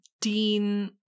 Dean